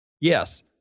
Yes